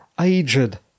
aged